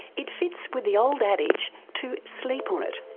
it fits with the old adage to sleep on it.